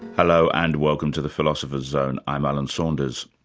hello, and welcome to the philosopher's zone. i'm alan saunders.